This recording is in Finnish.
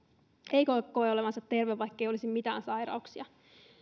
ei koe koe olevansa terve vaikkei olisi mitään sairauksia